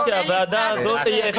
תן לי קצת קרדיט.